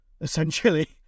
essentially